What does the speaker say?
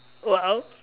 !wow!